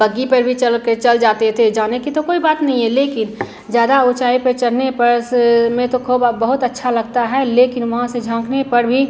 बग्गी पर भी चलकर चल जाते थे जाने की तो कोई बात नहीं है लेकिन ज़्यादा ऊँचाई पर चढ़ने पर से में तो ख़ूब बहुत अच्छा लगता है लेकिन वहाँ से झाँकने पड़ भी